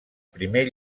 primer